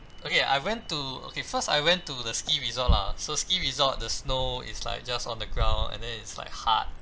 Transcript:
okay I went to okay first I went to the ski resort lah so ski resort the snow is like just on the ground and then is like hard